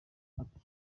ati